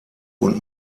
und